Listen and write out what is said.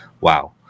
Wow